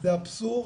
זה אבסורד,